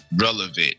relevant